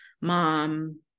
mom